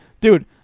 dude